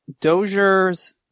Dozier's